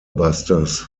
busters